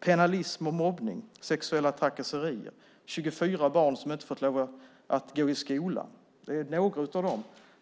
Pennalism och mobbning, sexuella trakasserier, 24 barn som inte fått gå i skola - det är några av